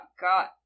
God